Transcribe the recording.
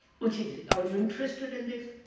which is it? are you interested in this?